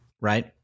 Right